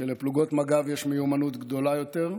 ולפלוגות מג"ב יש מיומנות גדולה יותר.